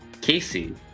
Casey